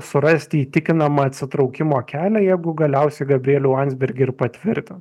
surasti įtikinamą atsitraukimo kelią jeigu galiausiai gabrielių landsbergį ir patvirtin